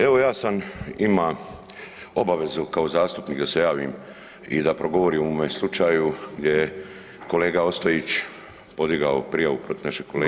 Evo ja sam imao obavezu kao zastupnik da se javim i da progovorim o ovome slučaju gdje je kolega Ostojić podigao prijavu protiv našeg kolege.